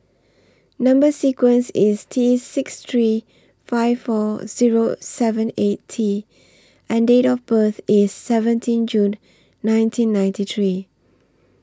Number sequence IS T six three five four Zero seven eight T and Date of birth IS seventeen June nineteen ninety three